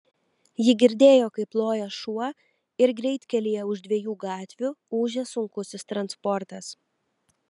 ji girdėjo kaip loja šuo ir greitkelyje už dviejų gatvių ūžia sunkusis transportas